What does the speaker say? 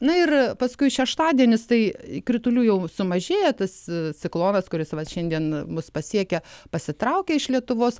na ir paskui šeštadienis tai kritulių jau sumažėja tas ciklonas kuris va šiandien mus pasiekia pasitraukia iš lietuvos